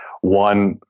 One